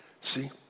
See